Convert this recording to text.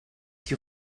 die